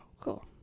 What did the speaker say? cool